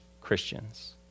Christians